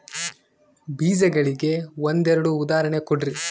ಬೇಜಗಳಿಗೆ ಒಂದೆರಡು ಉದಾಹರಣೆ ಕೊಡ್ರಿ?